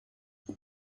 the